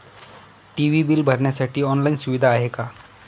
TV bill भरण्यासाठी online सुविधा आहे का?